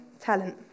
talent